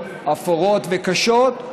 אפורות וקשות,